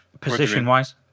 Position-wise